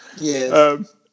yes